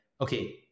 okay